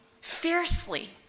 fiercely